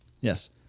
Yes